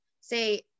say